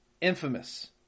infamous